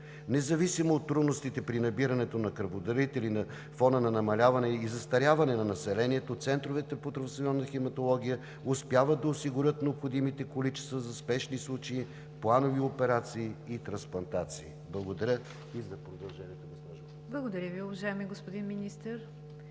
Независимо от трудностите при набирането на кръводарители на фона на намаляване и застаряване на населението центровете по трансфузионна хематология успяват да осигурят необходимите количества за спешни случаи, планови операции и трансплантации. Благодаря. ПРЕДСЕДАТЕЛ НИГЯР ДЖАФЕР: Благодаря Ви, уважаеми господин Министър.